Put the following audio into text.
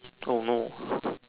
oh no